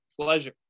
pleasure